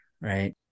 right